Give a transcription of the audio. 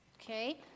okay